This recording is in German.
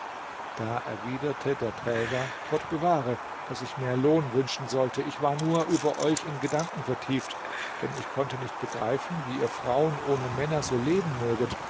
da erwiderte der träger gott bewahre daß ich mehr lohn wünschen sollte ich war nur über euch in gedanken vertieft denn ich konnte nicht begreifen wie ihr frauen ohne männer so leben möget